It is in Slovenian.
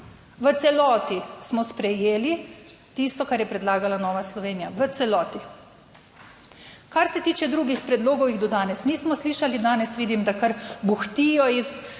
V celoti smo sprejeli tisto, kar je predlagala Nova Slovenija v celoti. Kar se tiče drugih predlogov, jih do danes nismo slišali. Danes vidim, da kar bohotijo iz